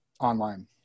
online